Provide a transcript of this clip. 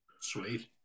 Sweet